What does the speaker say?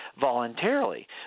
voluntarily